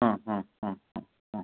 ಹಾಂ ಹಾಂ ಹಾಂ ಹಾಂ ಹಾಂ